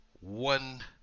one